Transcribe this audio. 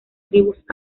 tribus